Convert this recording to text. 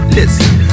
Listen